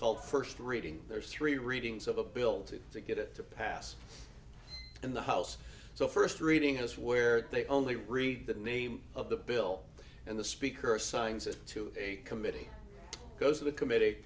called first reading there's three readings of a bill to get it to pass in the house so first reading where they only read the name of the bill and the speaker signs it to a committee goes to the committe